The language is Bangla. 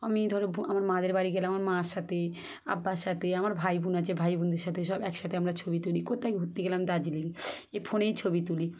আমি ধরো আমার মাদের বাড়ি গেলাম আমার মার সাথে আব্বার সাথে আমার ভাই বোন আছে ভাই বোনদের সাথে সব একসাথে আমরা ছবি তুলি কোথাও ঘুরতে গেলাম দার্জিলিং এ ফোনেই ছবি তুলি